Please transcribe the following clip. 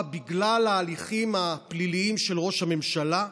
בגלל ההליכים הפליליים של ראש הממשלה,